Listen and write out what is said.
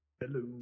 Hello